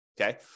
Okay